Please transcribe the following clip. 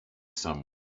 someone